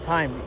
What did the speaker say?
Time